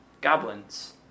goblins